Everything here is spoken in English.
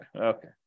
Okay